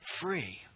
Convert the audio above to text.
free